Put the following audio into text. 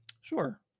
Sure